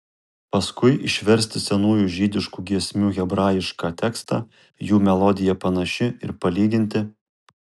paskui išversti senųjų žydiškų giesmių hebrajišką tekstą jų melodija panaši ir palyginti